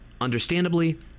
Understandably